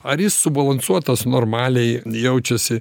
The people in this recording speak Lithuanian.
ar jis subalansuotas normaliai jaučiasi